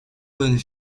bonne